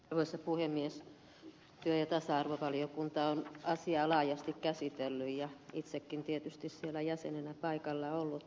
työ ja tasa arvovaliokunta on asiaa laajasti käsitellyt ja itsekin olen tietysti siellä jäsenenä paikalla ollut